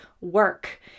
work